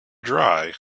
dry